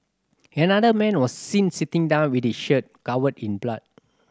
another man was seen sitting down with his shirt covered in blood